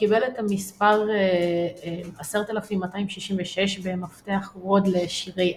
קיבל את המספר 10266 במפתח רוד לשירי עם.